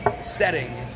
setting